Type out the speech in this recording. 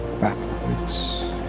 backwards